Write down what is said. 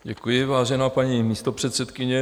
Děkuji, vážená paní místopředsedkyně.